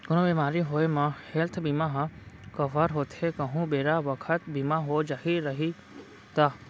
कोनो बेमारी होये म हेल्थ बीमा ह कव्हर होथे कहूं बेरा बखत बीमा हो जाही रइही ता